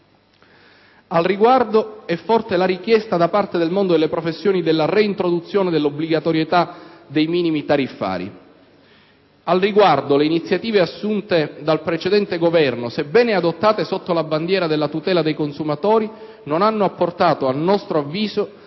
Sul punto è forte la richiesta da parte del mondo delle professioni della reintroduzione dell'obbligatorietà dei minimi tariffari. Al riguardo, le iniziative assunte dal precedente Governo, sebbene adottate sotto la bandiera della tutela dei consumatori, non hanno apportato, a nostro avviso,